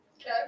Okay